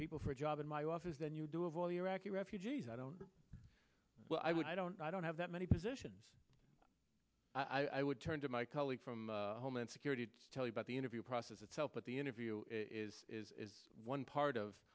people for a job in my office than you do of all iraqi refugees i don't well i would i don't i don't have that many positions i would turn to my colleague from homeland security to tell you about the interview process itself but the interview is one part of